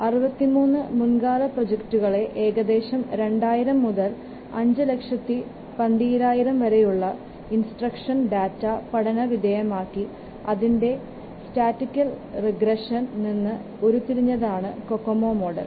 63 മുൻകാല പ്രോജക്ടുകളിലെ ഏകദേശം 2000 മുതൽ 5 ലക്ഷത്തി പന്തീരായിരം വരെയുള്ള ഇൻസ്ട്രക്ഷനുകളിലെ ഡാറ്റ പഠന വിധേയമാക്കി അതിന്റെ സ്റ്റാറ്റിസ്റ്റിക്കൽ റിഗ്രഷനിൽ നിന്ന് ഉരുത്തിരിഞ്ഞതാണ് കൊക്കോമോ മോഡൽ